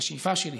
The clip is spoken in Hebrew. בשאיפה שלי,